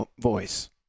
voice